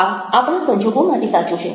આ આપણા સંજોગો માટે સાચું છે